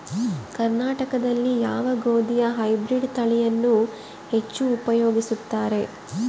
ಕರ್ನಾಟಕದಲ್ಲಿ ಯಾವ ಗೋಧಿಯ ಹೈಬ್ರಿಡ್ ತಳಿಯನ್ನು ಹೆಚ್ಚು ಉಪಯೋಗಿಸುತ್ತಾರೆ?